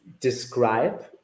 describe